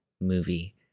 movie